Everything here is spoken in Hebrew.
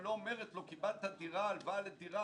ואומרת לו: קיבלת הלוואה לדירה,